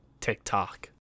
TikTok